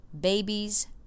Babies